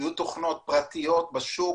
יהיו תוכנות פרטיות בשוק.